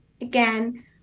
Again